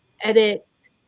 edit